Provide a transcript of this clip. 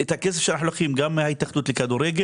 את הכסף שאנחנו לוקחים גם מההתאחדות לכדורגל,